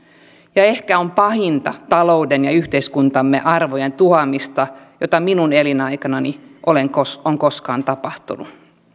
ja on ehkä pahinta talouden ja yhteiskuntamme arvojen tuhoamista jota minun elinaikanani on koskaan tapahtunut